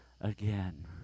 again